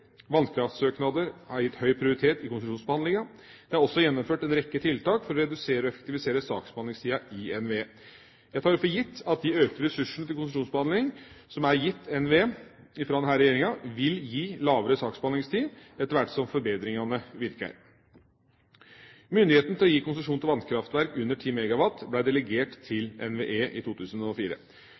Vannkraftsøknader er gitt høy prioritet i konsesjonsbehandlingen. Det er også gjennomført en rekke tiltak for å redusere og effektivisere saksbehandlingstida i NVE. Jeg tar det for gitt at de økte ressursene til konsesjonsbehandling som er gitt NVE fra denne regjeringa, vil gi lavere saksbehandlingstid etter hvert som forbedringene virker. Myndigheten til å gi konsesjon til vannkraftverk under 10 MW ble delegert til NVE i 2004.